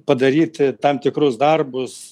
padaryti tam tikrus darbus